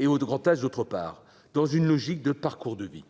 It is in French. et au grand âge, d'autre part, dans une logique de parcours de vie.